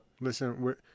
listen